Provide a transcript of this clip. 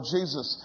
Jesus